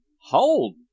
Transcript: Hold